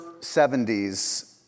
70s